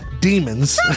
demons